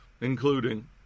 including